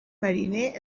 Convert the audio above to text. mariner